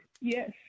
Yes